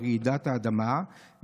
ברעידת האדמה,